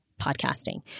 podcasting